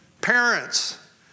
Parents